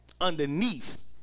underneath